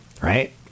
right